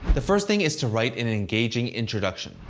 the first thing is to write an engaging introduction.